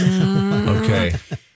Okay